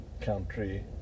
country